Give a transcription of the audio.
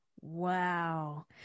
Wow